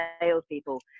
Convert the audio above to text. salespeople